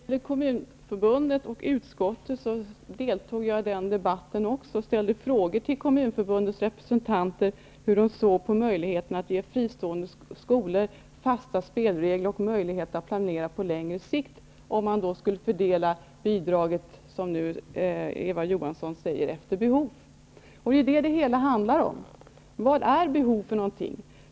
Herr talman! Jag deltog också i Kommunförbundets och utskottets debatt och ställde frågor till Kommunförbundets representanter hur de såg på förslaget att ge fristående skolor fasta spelregler och möjlighet att planera på längre sikt, om bidraget skulle fördelas, som Eva Johansson säger, efter behov. Det är det som det hela handlar om: Vad är behov?